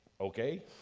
okay